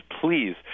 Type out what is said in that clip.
please